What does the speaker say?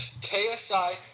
KSI